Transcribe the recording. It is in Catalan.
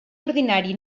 ordinari